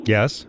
Yes